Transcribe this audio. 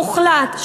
מוחלט,